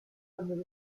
some